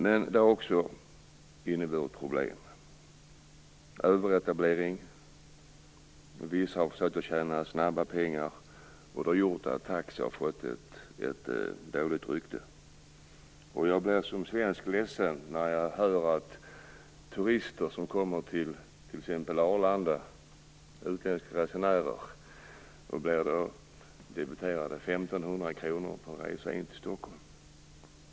Men det har även inneburit problem. Det har t.ex. blivit överetablering, vissa har försökt att tjäna snabba pengar, och det har gjort att taxi har fått ett dåligt rykte. Jag blir som svensk ledsen när jag hör att turister, utländska resenärer, som kommer till t.ex. Arlanda blir debiterade 1 500 kr för en resa in till Stockholm.